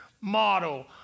model